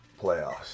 playoffs